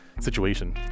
situation